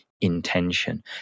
intention